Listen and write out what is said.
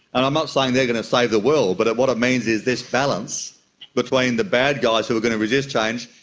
and i'm not saying they are going to save the world, but what it means is this balance between the bad guys who are going to resist change,